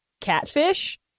catfish